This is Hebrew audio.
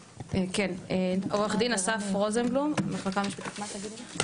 עו"ד אסף רוזנבלום המחלקה המשפטית.